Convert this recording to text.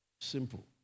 Simple